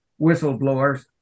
whistleblowers